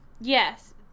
yes